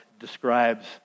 describes